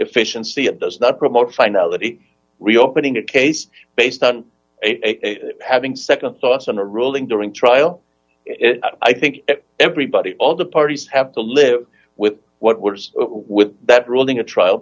efficiency it does not promote finality reopening a case based on having nd thoughts on a ruling during trial i think everybody all the parties have to live with what was with that ruling a trial